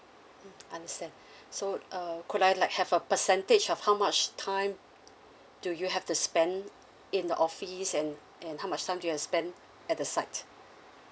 mm understand so uh could I like have a percentage of how much time do you have to spend in the office and and how much time do you spend at the site